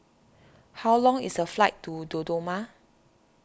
how long is the flight to Dodoma